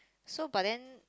so but then